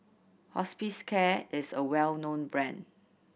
Hospicare is a well known brand